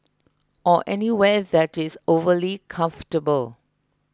or anywhere that is overly comfortable